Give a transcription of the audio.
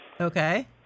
Okay